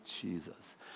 Jesus